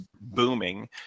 booming